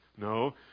No